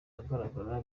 ahagaragara